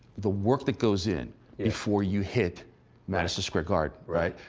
the work that goes in it for you hit madison square garden, right,